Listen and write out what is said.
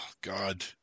god